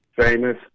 famous